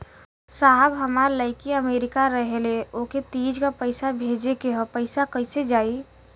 साहब हमार लईकी अमेरिका रहेले ओके तीज क पैसा भेजे के ह पैसा कईसे जाई?